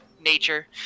nature